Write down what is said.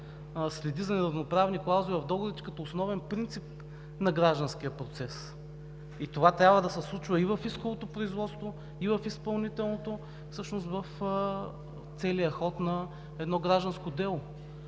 следи за неравноправни клаузи в договорите като основен принцип на гражданския процес. Това трябва да се случва и в исковото производство, и в изпълнителното, всъщност в целия ход на едно гражданско дело.